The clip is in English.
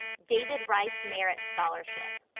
david rice merit scholarship.